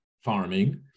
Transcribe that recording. farming